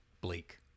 bleak